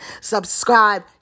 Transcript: subscribe